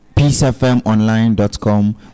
peacefmonline.com